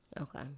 Okay